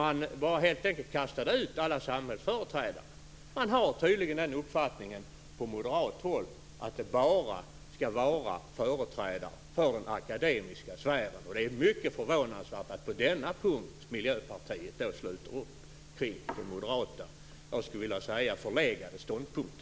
Man kastade helt enkelt ut alla samhällsföreträdare. Man har tydligen den uppfattningen på moderat håll att det bara skall vara företrädare för den akademiska sfären. Det är mycket förvånansvärt att Miljöpartiet på denna punkt har slutit upp kring den moderata - jag skulle vilja säga - förlegade ståndpunkten.